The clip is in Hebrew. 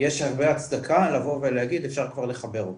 יש הרבה הצדקה לבוא ולהגיד אפשר כבר לחבר אותם,